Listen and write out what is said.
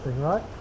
right